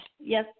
Yes